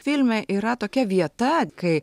filme yra tokia vieta kai